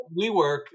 WeWork